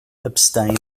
abstain